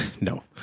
No